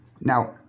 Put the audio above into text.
Now